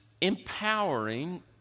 empowering